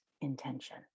intention